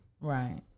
Right